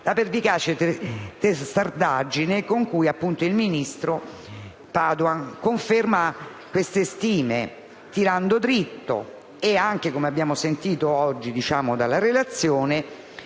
la pervicace testardaggine con cui il ministro Padoan conferma queste stime, tirando diritto e anche, come abbiamo sentito oggi dalla relazione,